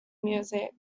music